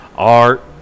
art